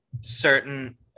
certain